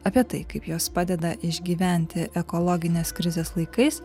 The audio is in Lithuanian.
apie tai kaip jos padeda išgyventi ekologinės krizės laikais